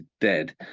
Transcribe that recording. dead